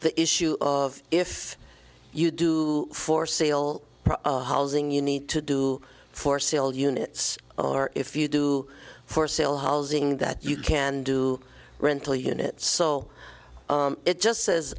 the issue of if you do for sale housing you need to do for sale units or if you do for sale housing that you can do rental units so it just says